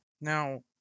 now